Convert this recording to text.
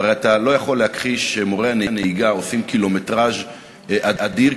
והרי אתה לא יכול להכחיש שמורי הנהיגה עושים קילומטרז' אדיר,